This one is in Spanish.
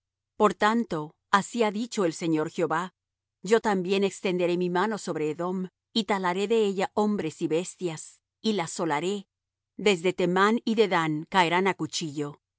por tanto así ha dicho el señor jehová yo también extenderé mi mano sobre edom y talaré de ella hombres y bestias y la asolaré desde temán y dedán caerán á cuchillo